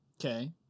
Okay